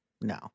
No